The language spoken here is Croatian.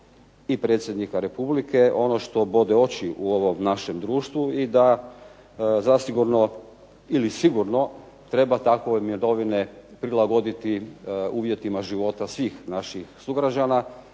i predsjednika Republike ono što bode oči u ovom našem društvu i zasigurno treba takve mirovine prilagoditi uvjetima života svih naših sugrađana,